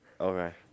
Okay